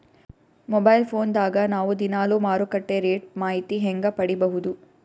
Mobile phone ದಾಗ ನಾವು ದಿನಾಲು ಮಾರುಕಟ್ಟೆ ರೇಟ್ ಮಾಹಿತಿ ಹೆಂಗ ಪಡಿಬಹುದು?